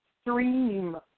stream